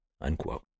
unquote